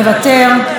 אינה נוכחת,